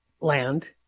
land